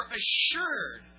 assured